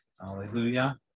Hallelujah